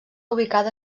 ubicada